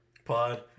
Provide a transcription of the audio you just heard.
Pod